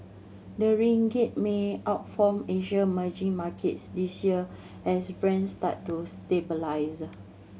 the ringgit may outperform Asia merging markets this year as Brent start to stabilise